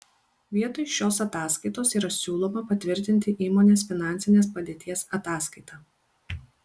vietoj šios ataskaitos yra siūloma patvirtinti įmonės finansinės padėties ataskaitą